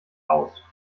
aus